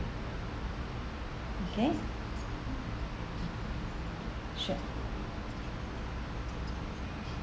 okay sure